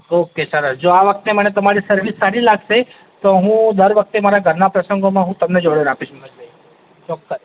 okay સરસ જો આ વખતે મને તમારી સર્વિસ સારી લાગશે તો હું દર વખતે મારા ઘરના પ્રસંગોમાં હું તમને જ ઑર્ડર આપીશ મનોજભૈ ચોક્કસ